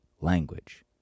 language